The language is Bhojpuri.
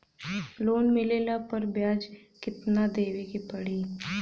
लोन मिलले पर ब्याज कितनादेवे के पड़ी?